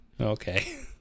Okay